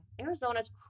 Arizona's